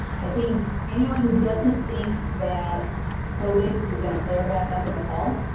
i think anyone who doesn't think that covid is gonna flare back up in the fall,